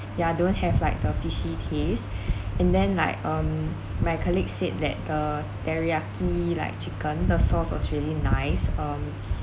ya don't have like the fishy taste and then like um my colleague said that the teriyaki like chicken the sauce was really nice um